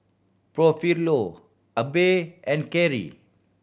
Porfirio Abbey and Kerri